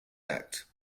act